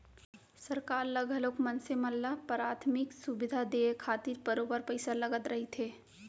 सरकार ल घलोक मनसे मन ल पराथमिक सुबिधा देय खातिर बरोबर पइसा लगत रहिथे